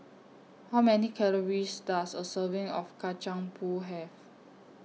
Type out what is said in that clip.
How Many Calories Does A Serving of Kacang Pool Have